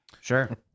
Sure